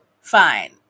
fine